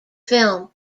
film